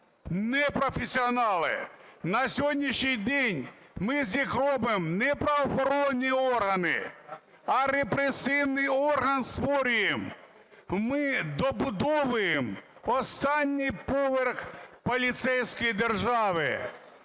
непрофесіонали. На сьогоднішній день ми з них робимо не правоохоронні органи, а репресивний орган створюємо, ми добудовуємо останній поверх поліцейської держави,